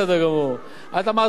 את אמרת: פנסיה, שכר.